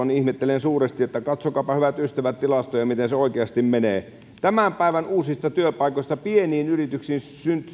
niin ihmettelen suuresti katsokaapa hyvät ystävät tilastoja miten se oikeasti menee tämän päivän uusista työpaikoista pieniin yrityksiin